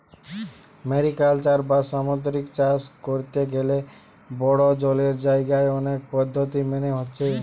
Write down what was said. mariculture বা সামুদ্রিক চাষ কোরতে গ্যালে বড়ো জলের জাগায় অনেক পদ্ধোতি মেনে হচ্ছে